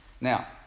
Now